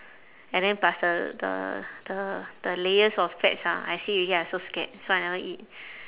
and then plus the the the the layers of fats ah I see already I also scared so I never eat